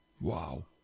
Wow